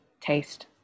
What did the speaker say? taste